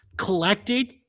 collected